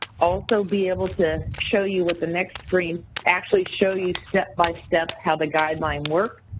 also be able to show you with the next screen actually show you step by step how the guideline works.